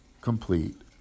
complete